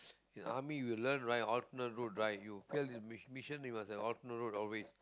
in army you learn right alternate route right you fail this mission you must have alternate route always